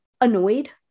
annoyed